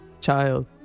child